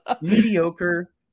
mediocre